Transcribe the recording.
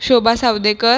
Shobha Savdekar